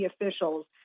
officials